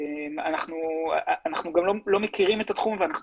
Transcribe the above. אנחנו גם לא מכירים את התחום ואנחנו